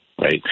right